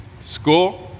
school